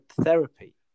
therapy